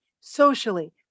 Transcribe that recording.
socially